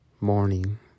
morning